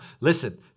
Listen